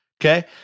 okay